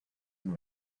with